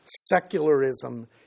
secularism